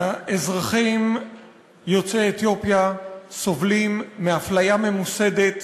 האזרחים יוצאי אתיופיה סובלים מאפליה ממוסדת,